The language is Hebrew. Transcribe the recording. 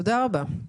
תודה רבה.